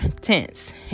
tense